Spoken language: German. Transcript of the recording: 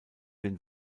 den